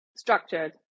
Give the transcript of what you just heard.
structured